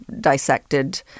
dissected